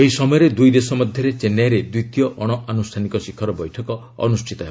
ଏହି ସମୟରେ ଦୁଇଦେଶ ମଧ୍ୟରେ ଚେନ୍ନାଇରେ ଦ୍ୱିତୀୟ ଅଣଆନୁଷ୍ଠାନିକ ଶିଖର ବୈଠକ ଅନୁଷ୍ଠିତ ହେବ